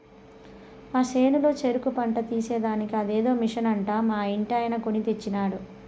మా చేనులో చెరుకు పంట తీసేదానికి అదేదో మిషన్ అంట మా ఇంటాయన కొన్ని తెచ్చినాడు